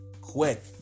quick